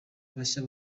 bashya